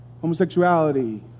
homosexuality